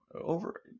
over